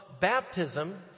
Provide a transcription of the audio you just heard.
baptism